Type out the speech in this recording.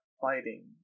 fighting